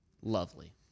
lovely